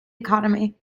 economy